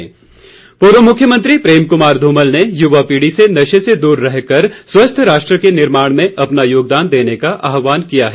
धूमल पूर्व मुख्यमंत्री प्रेम कुमार धूमल ने युवा पीढ़ी से नशे से दूर रहकर स्वस्थ राष्ट्र के निर्माण में अपना योगदान देने का आहवान किया है